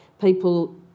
people